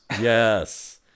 Yes